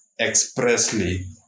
expressly